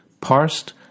parsed